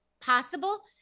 possible